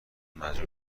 مجبور